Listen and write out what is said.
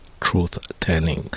truth-telling